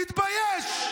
תתבייש.